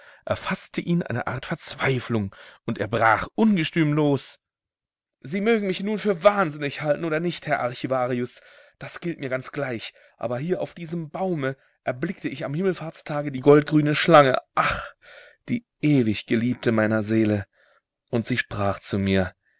erfaßte ihn eine art verzweiflung und er brach ungestüm los sie mögen mich nun für wahnsinnig halten oder nicht herr archivarius das gilt mir ganz gleich aber hier auf diesem baume erblickte ich am himmelfahrtstage die goldgrüne schlange ach die ewig geliebte meiner seele und sie sprach zu mir